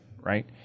right